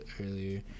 earlier